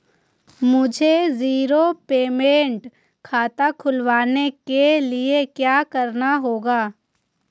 मुझे zero payment खाता खुलवाने के लिए क्या करना होगा?